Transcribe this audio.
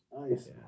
Nice